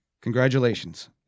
Congratulations